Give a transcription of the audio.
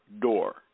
door